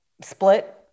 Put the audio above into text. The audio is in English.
split